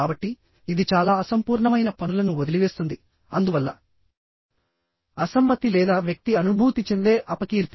కాబట్టిఇది చాలా అసంపూర్ణమైన పనులను వదిలివేస్తుంది అందువల్ల అసమ్మతి లేదా వ్యక్తి అనుభూతి చెందే అపకీర్తి